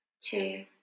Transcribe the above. two